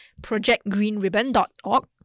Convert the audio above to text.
ProjectGreenribbon.org